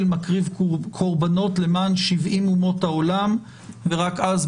מקריב קורבנות למען 70 אומות העולם ורק אז,